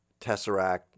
Tesseract